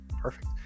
perfect